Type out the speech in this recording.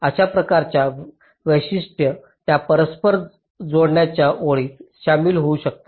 अशा प्रकारच्या वैशिष्ट्ये त्या परस्पर जोडण्याच्या ओळीत सामील होऊ शकतात